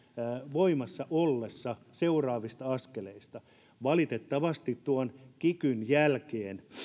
voimassa ollessa seuraavista askeleista valitettavasti tuon kikyn jälkeen